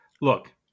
look